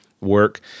work